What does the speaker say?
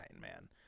man